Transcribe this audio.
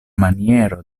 maniero